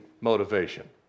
motivation